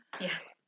Yes